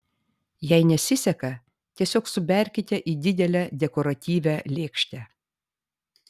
jei nesiseka tiesiog suberkite į didelę dekoratyvią lėkštę